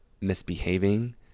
misbehaving